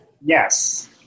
Yes